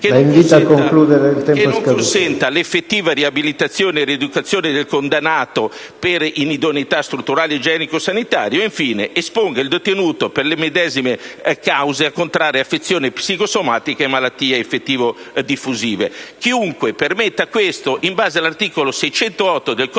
che non consenta l'effettiva riabilitazione e rieducazione del condannato per inidoneità strutturali e igienico‑sanitarie o, infine, che esponga il detenuto, per le medesime cause, a contrarre affezioni psico-fisiche o malattie infettivo-diffusive. Chiunque permetta questo, in base all'articolo 608 del codice